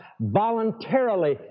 voluntarily